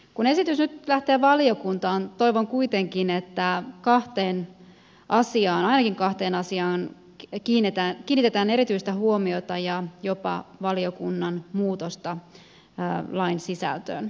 kun esitys nyt lähtee valiokuntaan toivon kuitenkin että ainakin kahteen asiaan kiinnitetään erityistä huomiota ja toivon jopa valiokunnan muutosta lain sisältöön